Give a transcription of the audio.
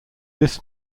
this